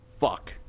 Fuck